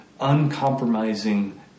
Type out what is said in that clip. uncompromising